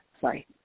Sorry